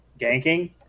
ganking